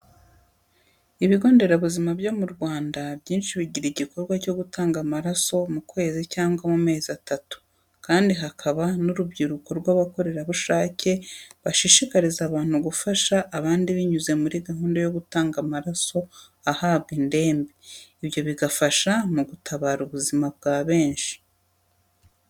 Ibigo nderabuzima byo mu Rwanda byinshi bigira igikorwa cyo gutanga amaraso mu kwezi cyangwa mu mezi atatu, kandi hakaba n'urubyiruko rw'abakorerabushake bashishikariza abantu gufasha abandi binyuze muri gahunda yo gutanga amaraso ahabwa indembe, ibyo bigafasha mu gutabara ubuzima bwa benshi.